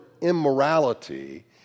immorality